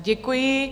Děkuji.